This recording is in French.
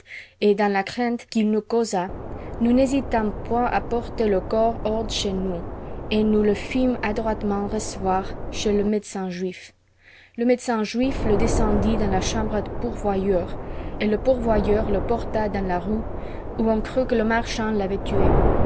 et dans la crainte qu'il nous causa nous n'hésitâmes point à porter le corps hors de chez nous et nous le fîmes adroitement recevoir chez le médecin juif le médecin juif le descendit dans la chambre du pourvoyeur et le pourvoyeur le porta dans la rue où on crut que le marchand l'avait tué